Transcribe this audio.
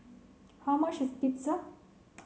how much is Pizza